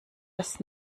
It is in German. das